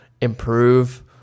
improve